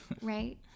right